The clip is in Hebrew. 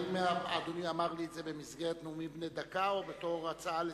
האם אדוני אמר לי את זה במסגרת נאומים בני דקה או בתור הצעה לסדר?